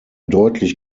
deutlich